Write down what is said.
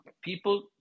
people